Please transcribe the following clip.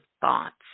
thoughts